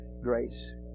Grace